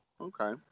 Okay